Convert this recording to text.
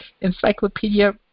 encyclopedia